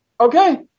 Okay